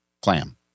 clam